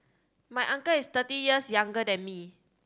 my uncle is thirty years younger than me